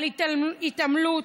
על התעמלות,